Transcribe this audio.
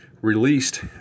released